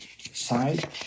side